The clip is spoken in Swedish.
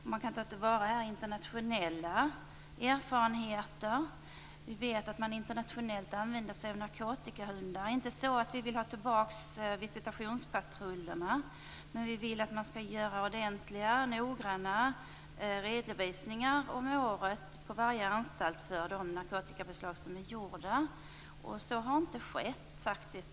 Det går att ta till vara internationella erfarenheter. Vi vet att man internationellt använder sig av narkotikahundar. Det är inte så att vi vill ha tillbaka visitationspatrullerna. Men vi vill att det varje år på varje anstalt skall ske ordentliga redovisningar för de narkotikabeslag som har gjorts. Det har inte skett.